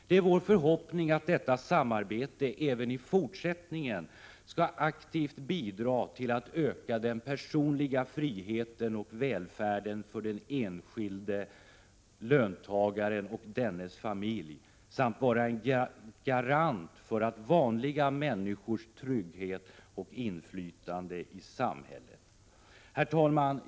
Det är vår förhoppning att detta samarbete även i fortsättningen aktivt skall bidra till att öka den personliga friheten och välfärden för den enskilde löntagaren och dennes familj samt att det skall vara garant för de vanliga människornas trygghet och inflytande i samhället. Herr talman!